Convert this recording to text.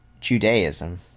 Judaism